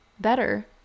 better